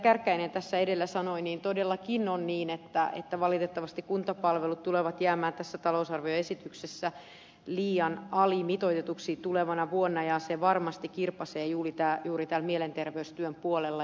kärkkäinen tässä edellä sanoi on todellakin niin että valitettavasti kuntapalvelut tulevat jäämään tässä talousarvioesityksessä liian alimitoitetuiksi tulevana vuonna ja se varmasti kirpaisee juuri tämän mielenterveystyön puolella